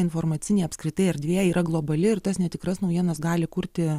informacinė apskritai erdvė yra globali ir tas netikras naujienas gali kurti